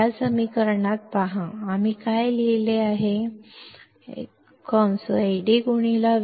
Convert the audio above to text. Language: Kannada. ಈ ಸಮೀಕರಣವನ್ನು ನೋಡಿ ನಾವು ಏನು ಬರೆದಿದ್ದೇವೆ